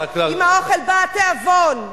עם האוכל בא התיאבון.